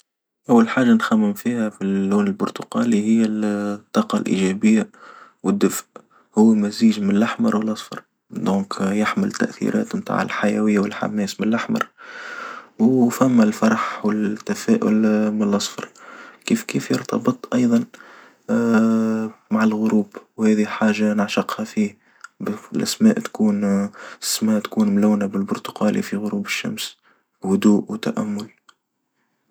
أول حاجة نخمم فيها في اللون البرتقالي هي الطاقة الإيجابية، والدفئ هو مزيج من الأحمر والأصفر، إنه يحمل تأثيرات نتاع الحيوية والحماس من الأحمر، وفما الفرح والتفاؤل من الأصفر، كيف كيف يرتبط أيضًا مع الغروب وهادي حاجة نعشقها فيه السماء تكون السماء تكون ملونة بالبرتقالي في غروب الشمس هدوء وتأمل.